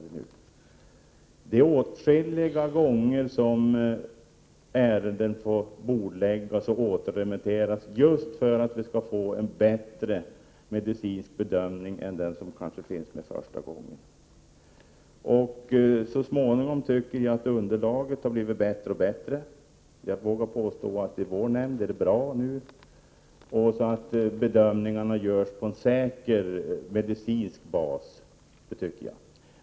Det är åtskilliga gånger som ett ärende får bordläggas och återremitteras, just därför att vi skall få en bättre medicinsk bedömning än den som finns med första gången. Jag tycker att underlaget successivt har blivit bättre och bättre, och jag vågar påstå att det är bra i vår nämnd nu och att bedömningarna görs på en säker medicinsk grund.